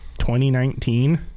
2019